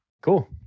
Cool